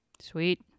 sweet